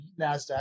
Nasdaq